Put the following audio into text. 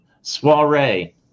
soiree